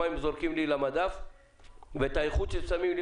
ומה הם זורקים לי למדף ואת האיכות ששמים לי